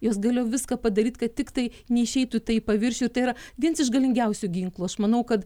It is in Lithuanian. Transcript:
jos galėjo viską padaryt kad tiktai neišeitų tai į paviršių ir tai yra vienas iš galingiausių ginklų aš manau kad